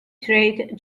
trade